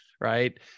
Right